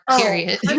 period